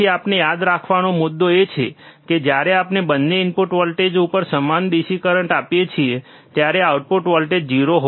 તેથી આપણે યાદ રાખવાનો મુદ્દો એ છે કે જ્યારે આપણે બંને ઇનપુટ વોલ્ટેજ ઉપર સમાન DC કરંટ આપીએ છીએ ત્યારે આઉટપુટ વોલ્ટેજ 0